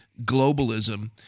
globalism